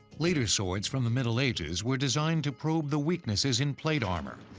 later swords, from the middle ages, were designed to probe the weaknesses in plate armor.